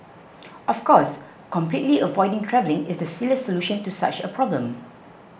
of course completely avoiding travelling is the silliest solution to such a problem